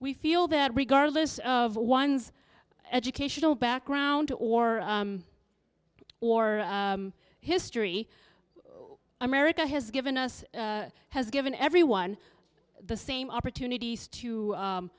we feel that regardless of one's educational background or or history america has given us has given everyone the same opportunities to